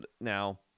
Now